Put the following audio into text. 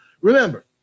remember